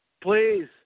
please